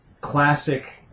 classic